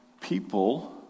people